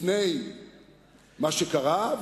לפני מה שקרה,